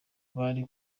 bari